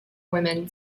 women